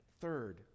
Third